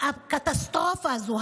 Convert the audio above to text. הקטסטרופה הזו,